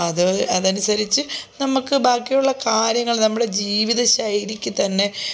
അത് അതനുസരിച്ച് നമുക്ക് ബാക്കിയുള്ള കാര്യങ്ങൾ നമ്മുടെ ജീവിതശൈലിക്ക് തന്നെ